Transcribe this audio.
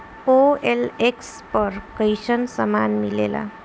OLX पर कइसन सामान मीलेला?